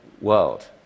world